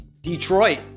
Detroit